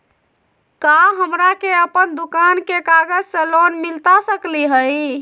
का हमरा के अपन दुकान के कागज से लोन मिलता सकली हई?